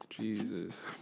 Jesus